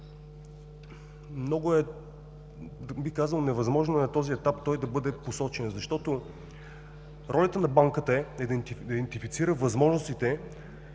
на въздействието. Невъзможно е на този етап той да бъде посочен, защото ролята на Банката е да идентифицира възможностите,